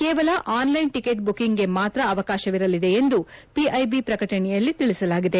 ಕೇವಲ online ticket ಬುಕಿಂಗ್ಗೆ ಮಾತ್ರಾ ಅವಕಾಶವಿರಲಿದೆ ಎಂದು ಪಿಐಬಿ ಶ್ರಕಟಣೆಯಲ್ಲಿ ತಿಳಿಸಲಾಗಿದೆ